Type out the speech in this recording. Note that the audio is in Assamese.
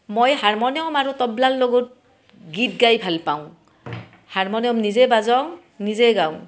মই হাৰমনিয়ামো মাৰো তবলাৰ লগত গীত গাই ভাল পাওঁ হাৰমনিয়াম নিজে বাজাও নিজে গাওঁ